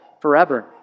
forever